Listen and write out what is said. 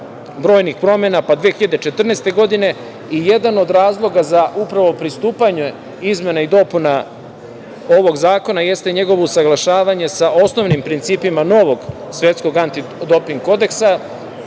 brojnih promena, pa 2014. godine i jedan od razloga za upravo pristupanje izmena i dopuna ovog zakona jeste njegovo usaglašavanje sa osnovnim principima novog Svetskog antidoping kodeksa,